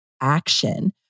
action